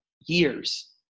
years